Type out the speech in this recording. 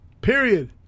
Period